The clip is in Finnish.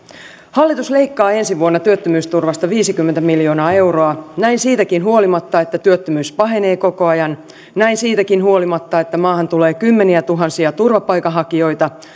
hallitus leikkaa ensi vuonna työttömyysturvasta viisikymmentä miljoonaa euroa näin siitäkin huolimatta että työttömyys pahenee koko ajan näin siitäkin huolimatta että maahan tulee kymmeniätuhansia turvapaikanhakijoita